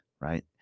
right